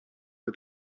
for